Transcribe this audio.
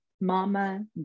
Mama